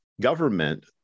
government